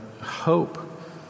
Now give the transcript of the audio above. hope